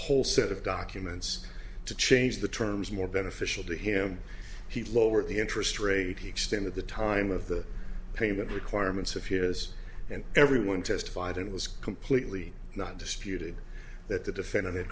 the whole set of documents to change the terms more beneficial to him he lowered the interest rate he extended the time of the payment requirements of his and everyone testified it was completely not disputed that the defendant